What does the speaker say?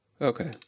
Okay